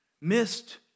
missed